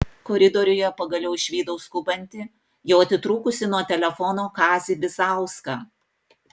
koridoriuje pagaliau išvydau skubantį jau atitrūkusį nuo telefono kazį bizauską